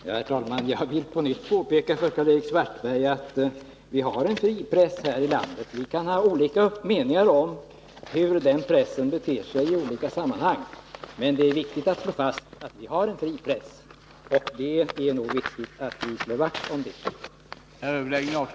Herr talman! Jag vill på nytt påpeka för Karl-Erik Svartberg att vi har en fri press i detta land. Vi kan ha olika meningar om hur pressen beter sig i olika sammanhang, men det är viktigt att slå fast att vi har en fri press.